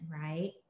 right